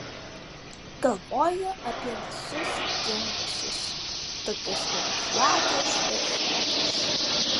galvoju apie visus dingusius tokius kaip vladas ir fredas